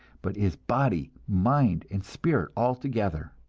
but is body, mind and spirit all together.